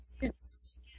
Yes